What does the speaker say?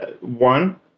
one